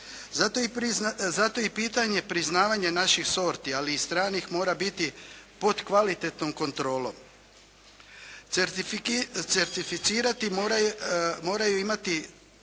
Zato i pitanje priznavanje naših sorti, ali i stranih mora biti pod kvalitetnom kontrolom. Certificirati moraju imati,